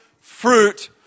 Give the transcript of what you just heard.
fruit